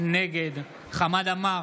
נגד חמד עמאר,